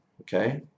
okay